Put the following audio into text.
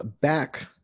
back